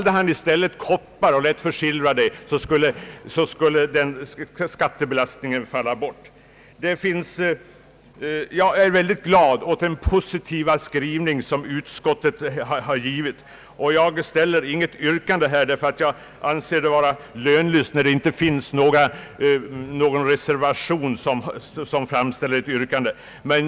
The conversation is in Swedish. Om han i stället väljer ett annat ma terial och låter försilvra den färdiga produkten = faller = skattebelastningen bort. Jag är glad åt den positiva skrivningen i utskottets betänkande och ställer inget yrkande. Jag anser det vara lönlöst, eftersom det inte finns någon reservation att yrka bifall till.